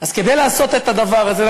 אז כדי לעשות את הדבר הזה,